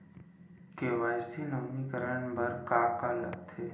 KYC नवीनीकरण बर का का लगथे?